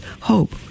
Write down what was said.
hope